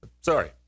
Sorry